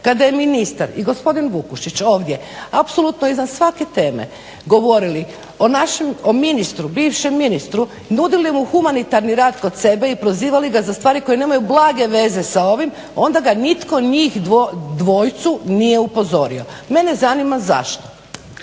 Kada je ministar i gospodin Vukušić ovdje apsolutno izvan svake teme govorili o našem, o ministru, bivšem ministru nudili mu humanitarni rad kod sebe i prozivali ga za stvari koje nemaju blage veze sa ovim onda ga nitko njih dvojicu nije upozorio. Mene zanima zašto?